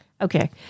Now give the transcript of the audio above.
Okay